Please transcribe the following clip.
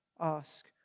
ask